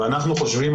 אנחנו חושבים,